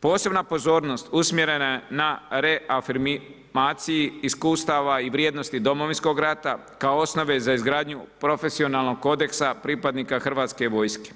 Posebna pozornost usmjerena je na reafirmaciji iskustava i vrijednosti Domovinskog rata kao osnove za izgradnju profesionalnog kodeksa pripadnika Hrvatske vojske